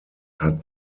hat